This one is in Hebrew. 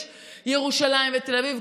יש את ירושלים ותל אביב,